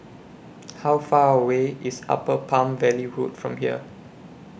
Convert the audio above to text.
How Far away IS Upper Palm Valley Road from here